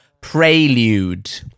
Prelude